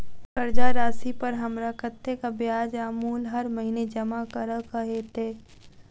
कर्जा राशि पर हमरा कत्तेक ब्याज आ मूल हर महीने जमा करऽ कऽ हेतै?